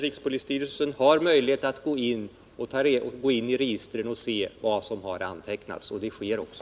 Rikspolisstyrelsens ledamöter har möjlighet att gå in i registren och se vad som har antecknats, och det sker också.